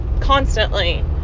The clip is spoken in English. constantly